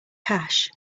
cash